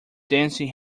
dancing